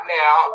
now